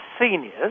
seniors